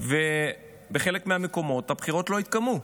ובחלק מהמקומות הבחירות לא התקיימו.